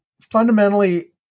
fundamentally